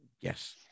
Yes